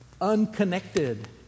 unconnected